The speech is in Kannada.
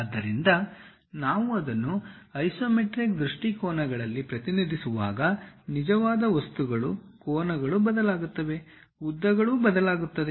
ಆದ್ದರಿಂದ ನಾವು ಅದನ್ನು ಐಸೊಮೆಟ್ರಿಕ್ ದೃಷ್ಟಿಕೋನಗಳಲ್ಲಿ ಪ್ರತಿನಿಧಿಸುವಾಗ ನಿಜವಾದ ವಸ್ತುಗಳು ಕೋನಗಳು ಬದಲಾಗುತ್ತವೆ ಉದ್ದಗಳು ಬದಲಾಗುತ್ತವೆ